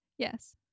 Yes